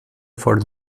for